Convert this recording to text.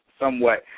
somewhat